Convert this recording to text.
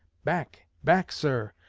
back! back, sir!